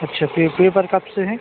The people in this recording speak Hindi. अच्छा पेपर कब से हैं